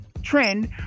trend